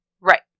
Right